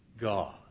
God